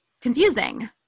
confusing